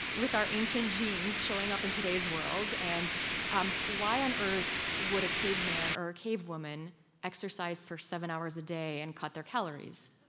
with our ancient genes showing up in today's world, and um why on earth would a cave man or a cave woman exercise for seven hours a day and cut their calories?